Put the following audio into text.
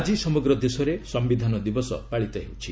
ଆଜି ସମଗ୍ର ଦେଶରେ ସମ୍ବିଧାନ ଦିବସ ପାଳିତ ହେଉଛି